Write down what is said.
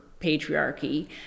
patriarchy